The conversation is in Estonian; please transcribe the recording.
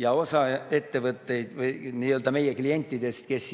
Ja osa ettevõtteid, meie kliendid, kes